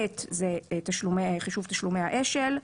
(ב) זה חישוב תשלומי האש"ל.